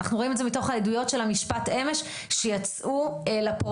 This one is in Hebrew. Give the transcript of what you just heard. אנחנו רואים את זה מתוך העדויות של המשפט אמש שיצאו החוצה,